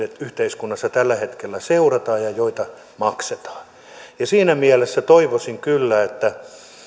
yhteiskunnassa tällä hetkellä seurataan ja joita maksetaan siinä mielessä toivoisin kyllä mikä on